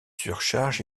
surcharge